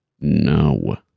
No